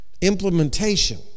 implementation